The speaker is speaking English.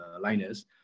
liners